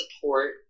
support